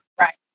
Right